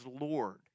Lord